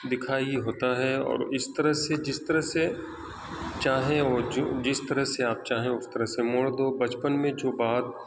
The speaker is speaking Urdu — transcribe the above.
دکھائی ہوتا ہے اور اس طرح سے جس طرح سے چاہیں وہ جس طرح سے آپ چاہیں اس طرح سے موڑ دو بچپن میں جو بات